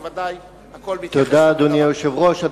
כי ודאי הכול מתייחס לעניין.